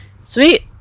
Sweet